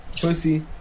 pussy